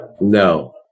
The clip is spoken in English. No